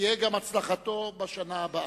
תהיה גם הצלחתו בשנה הבאה.